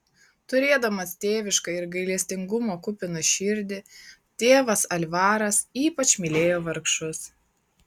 turėdamas tėvišką ir gailestingumo kupiną širdį tėvas alvaras ypač mylėjo vargšus